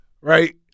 Right